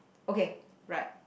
okay right